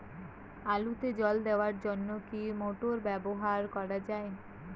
আলুতে জল দেওয়ার জন্য কি মোটর ব্যবহার করা যায়?